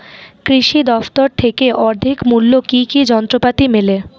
কৃষি দফতর থেকে অর্ধেক মূল্য কি কি যন্ত্রপাতি মেলে?